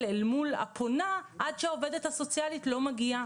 אל מול הפונה עד שהעובדת הסוציאלית לא מגיעה.